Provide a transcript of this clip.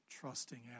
trusting